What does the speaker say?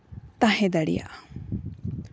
ᱛᱟᱦᱮᱸ ᱫᱟᱲᱮᱭᱟᱜᱼᱟ